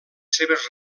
seves